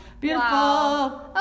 Beautiful